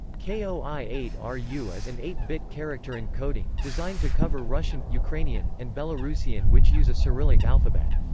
k o i eight ru is an eight bit character encoding, designed to cover russian, ukrainian, and belarusian which use a cyrillic alphabet.